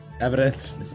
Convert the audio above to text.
Evidence